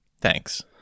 Thanks